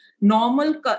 normal